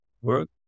work